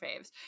faves